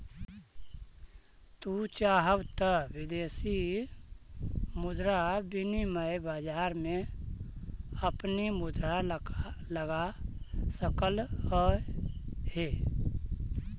तू चाहव त विदेशी मुद्रा विनिमय बाजार में अपनी मुद्रा लगा सकलअ हे